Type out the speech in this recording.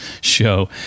show